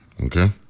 Okay